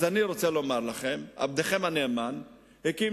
אז אני רוצה לומר לכם: עבדכם הנאמן הקים